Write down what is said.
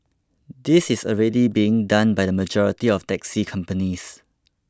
this is already being done by the majority of taxi companies